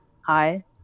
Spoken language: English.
hi